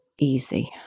easy